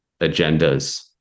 agendas